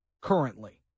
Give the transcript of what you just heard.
currently